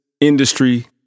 industry